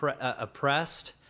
oppressed